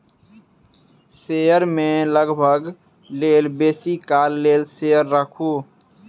share में लाभक लेल बेसी काल लेल शेयर राखू